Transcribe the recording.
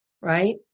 right